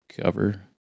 cover